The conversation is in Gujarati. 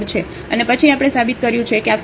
અને પછી આપણે સાબિત કર્યું છે કે આ ફંકશન વિશિષ્ટ છે